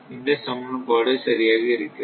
இந்த சமன்பாடு சரியாக இருக்கிறது